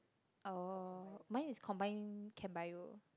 oh mine is combined chem bio